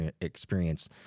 experience